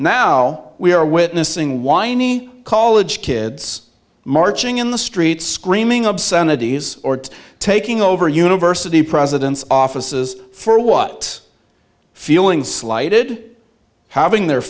now we are witnessing whiny college kids marching in the streets screaming obscenities taking over university presidents offices for what feeling slighted having their